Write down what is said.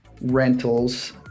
rentals